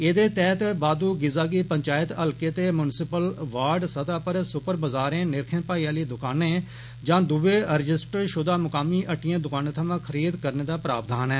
एदे तैहत बादू चिज़े गी पंचायत हल्के ते म्युनिसिपल वार्ड स्तह पर सुपर बाजारें निरखे भांए आली दुकानें यां दुए रजिस्टर षुदा मुकामी हट्टिए दुकानें थवां खरीद करने दा प्रावधान ऐ